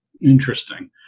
Interesting